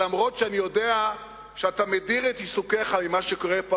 אף-על-פי שאני יודע שאתה מדיר את רגליך ממה שקורה פה,